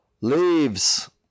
Leaves